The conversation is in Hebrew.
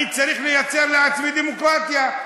אני צריך לייצר לעצמי דמוקרטיה.